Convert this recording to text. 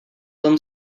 tom